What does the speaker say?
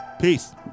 Peace